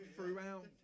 Throughout